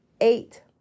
Eight